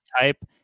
type